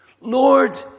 Lord